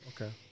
Okay